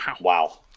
Wow